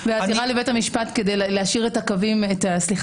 והעתירה לבית המשפט כדי להשאיר את המסלולים